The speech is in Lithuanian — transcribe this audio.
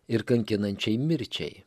ir kankinančiai mirčiai